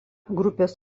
grupės